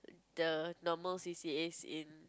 the normal C_C_As in